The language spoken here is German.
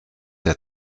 der